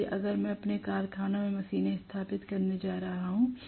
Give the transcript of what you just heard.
इसलिए अगर मैं अपने कारखाने में मशीनें स्थापित करने जा रहा हूं